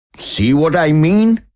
see what i mean?